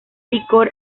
licor